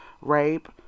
rape